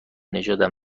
نژادم